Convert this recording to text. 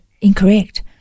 incorrect